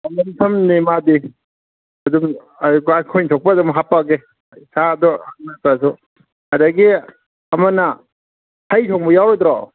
ꯂꯝ ꯁꯝꯅꯦ ꯃꯥꯗꯤ ꯑꯗꯨꯝ ꯑꯩꯈꯣꯏ ꯊꯣꯛꯄ ꯑꯗꯨꯝ ꯍꯥꯄꯛꯑꯒꯦ ꯄꯩꯁꯥꯗ ꯅꯠꯇ꯭ꯔꯁꯨ ꯑꯗꯒꯤ ꯑꯃꯅ ꯍꯩ ꯊꯣꯡꯕ ꯌꯥꯎꯔꯣꯏꯗ꯭ꯔꯣ